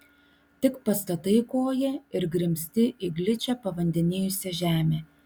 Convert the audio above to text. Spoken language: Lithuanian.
tik pastatai koją ir grimzti į gličią pavandenijusią žemę